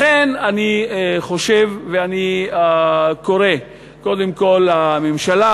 לכן אני קורא קודם כול לממשלה,